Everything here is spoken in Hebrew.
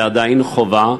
ועדיין חווה,